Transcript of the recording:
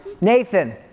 Nathan